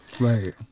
right